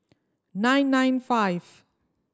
nine nine five